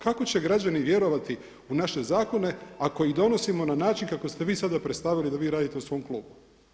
Kako će građani vjerovati u naše zakone ako ih donosimo na način kako ste vi sada predstavili da vi radite u svom klubu?